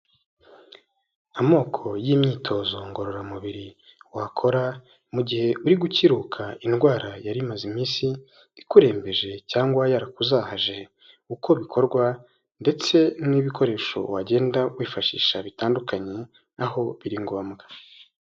Amoko y'imyitozo ngororamubiri wakora, mu gihe uri gukiruka indwara yari imaze iminsi ikurembeje, cyangwa yarakuzahaje. Uko bikorwa, ndetse n'ibikoresho wagenda wifashisha bitandukanye, aho biri ngombwa.